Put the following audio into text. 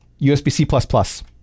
USB-C++